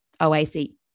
OAC